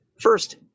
First